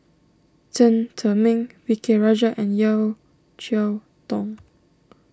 Chen Zhiming V K Rajah and Yeo Cheow Tong